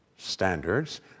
Standards